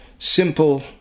Simple